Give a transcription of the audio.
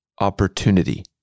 opportunity